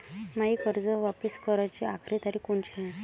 मायी कर्ज वापिस कराची आखरी तारीख कोनची हाय?